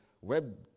web